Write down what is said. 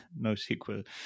NoSQL